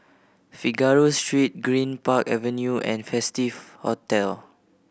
Figaro Street Greenpark Avenue and Festive Hotel